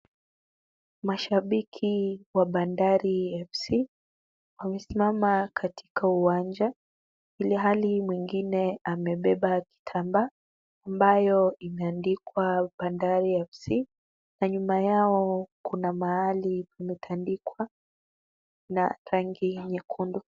Mashabiki wa bandari f c wamesimama katika uwanja ilhali mwingine amebeba kitamba ambayo imeandikwa bandari f c. Na nyuma yao kuna mahali ambayo imetandikwa na rangi ya nyekundu.